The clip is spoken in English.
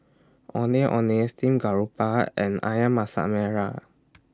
Ondeh Ondeh Steamed Garoupa and Ayam Masak Merah